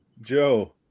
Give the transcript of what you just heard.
Joe